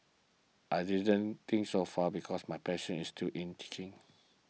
I didn't think so far because my passion is too in teaching